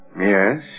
Yes